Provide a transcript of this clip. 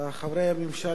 חברי הממשלה,